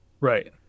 Right